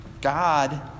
God